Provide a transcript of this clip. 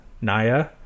Naya